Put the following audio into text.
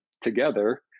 together